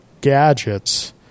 gadgets